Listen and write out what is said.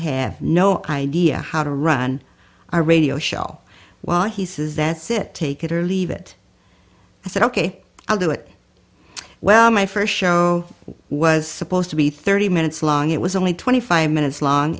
have no idea how to run a radio shell well he says that's it take it or leave it i said ok i'll do it well my first show was supposed to be thirty minutes long it was only twenty five